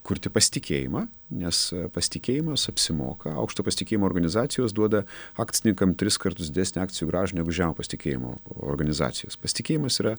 kurti pasitikėjimą nes pasitikėjimas apsimoka aukšto pasitikėjimo organizacijos duoda akcininkam tris kartus didesnę akcijų gražą negu žemo pasitikėjimo organizacijos pasitikėjimas yra